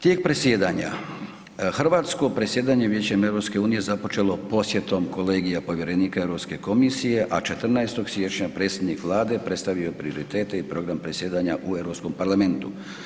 Tijek predsjedanja, Hrvatsko predsjedanje Vijećem EU započelo posjetom kolegija povjerenika Europske komisije, a 14. siječnja predsjednik Vlade je predstavio prioritete i program predsjedanja u Europskom parlamentu.